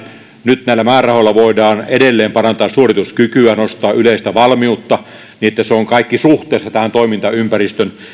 nyt näillä määrärahoilla voidaan edelleen parantaa suorituskykyä nostaa yleistä valmiutta niin että se on kaikki suhteessa tähän toimintaympäristön